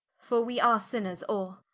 for we are sinners all.